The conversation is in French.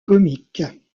comiques